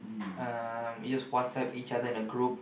um you just WhatsApp each other in a group